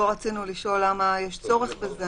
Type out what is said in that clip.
פה רצינו לשאול למה יש צורך בזה.